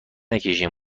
نکشین